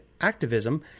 activism